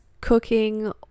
cooking